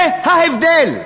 זה ההבדל.